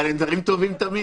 אבל הם דברים טובים תמיד.